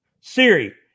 Siri